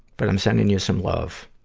but i'm sending you some love.